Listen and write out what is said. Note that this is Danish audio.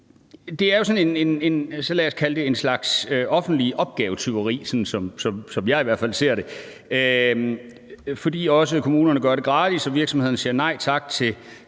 os kalde det en slags offentligt opgavetyveri, sådan som jeg i hvert fald ser det. Kommunerne gør det gratis, og virksomhederne siger nej tak til